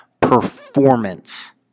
performance